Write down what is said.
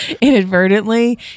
inadvertently